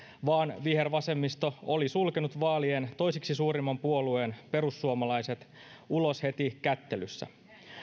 vaan vihervasemmisto oli sulkenut vaalien toiseksi suurimman puolueen perussuomalaiset ulos heti kättelyssä